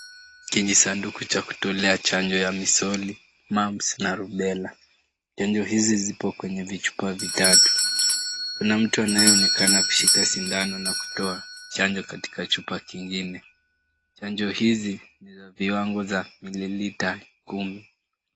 Kwenye sanduku ya kutokea chanjo ya mesoli mumps na rubela. Chanjo hizi zipo kwenye vichupa vitatu. Kuna mtu anayeonekana kushika sindano na kutoa chanjo katika chupa kingine. Chanjo hizi niza viwango vya mililita kumi.